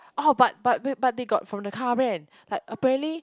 orh but but wait but they got from the car brand like apparently